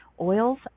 oils